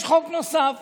יש חוק נוסף